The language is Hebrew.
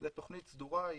זאת תכנית סדורה,